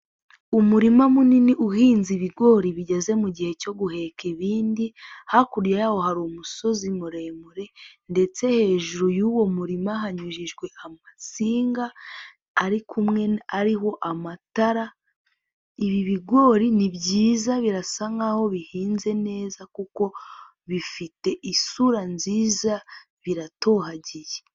Umurima munini uhinze ibigori bigeze mu gihe cyo guheka ibindi hakurya yaho hari umusozi muremure ndetse hejuru y'uwo murima hanyujijwe amasinga ari kumwe ariho amatara, ibi bigori ni byiza birasa nkaho bihinze neza kuko bifite isura nziza biratohagiye.